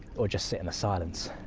or just sit in a silence,